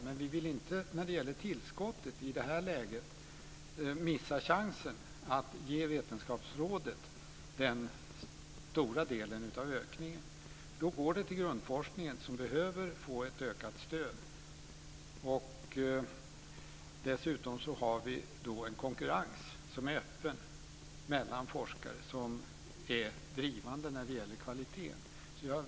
Men vi vill inte när det gäller tillskottet i det här läget missa chansen att ge Vetenskapsrådet den stora delen av ökningen. Då går det till grundforskningen, som behöver få ett ökat stöd. Dessutom har vi då en konkurrens som är öppen mellan forskare och som är drivande när det gäller kvaliteten.